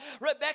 Rebecca